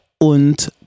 und